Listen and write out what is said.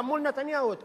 גם מול נתניהו הוא התקפל,